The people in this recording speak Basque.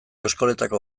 eskoletako